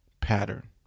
pattern